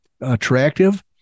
attractive